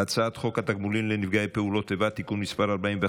הצעת חוק התגמולים לנפגעי פעולות איבה (תיקון מס' 41,